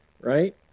Right